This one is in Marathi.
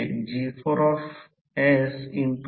आणि V मीटर क्यूबमधील मटेरियलचा व्हॉल्यूम